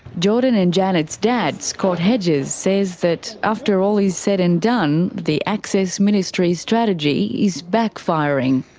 jordan and janet's dad, scott hedges, says that after all is said and done, the access ministries' strategy is backfiring.